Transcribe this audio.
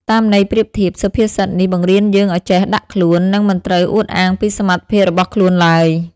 តាមន័យប្រៀបធៀប សុភាសិតនេះបង្រៀនយើងឱ្យចេះដាក់ខ្លួន និងមិនត្រូវអួតអាងពីសមត្ថភាពរបស់ខ្លួនឡើយ។